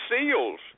SEALs